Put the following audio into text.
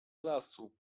lasu